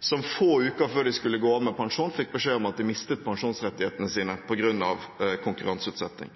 som få uker før de skulle gå av med pensjon, fikk beskjed om at de mistet pensjonsrettighetene sine på grunn av konkurranseutsetting.